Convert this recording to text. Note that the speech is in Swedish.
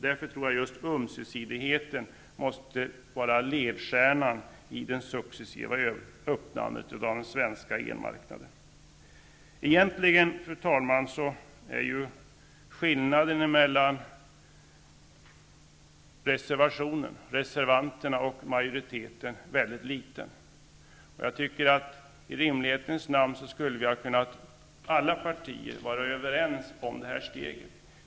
Därför måste just ömsesidigheten vara ledstjärnan i det successiva öppnandet av den svenska elmarknaden. Fru talman! Egentligen är skillnaden mellan reservanterna och majoriteten väldigt liten. I rimlighetens namn skulle alla partier ha kunnat vara överens om det här steget.